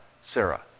Sarah